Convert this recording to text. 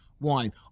wine